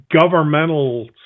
governmental